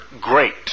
great